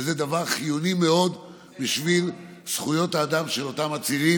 וזה דבר חיוני מאוד בשביל זכויות האדם של אותם עצירים,